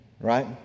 Right